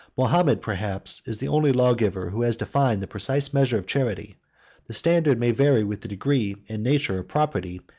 mahomet, perhaps, is the only lawgiver who has defined the precise measure of charity the standard may vary with the degree and nature of property,